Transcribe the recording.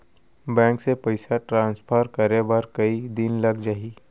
Bank से पइसा transfer करे बर कई दिन लग जाही?